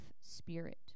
spirit